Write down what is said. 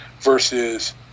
versus